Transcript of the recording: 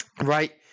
right